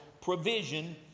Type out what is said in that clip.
provision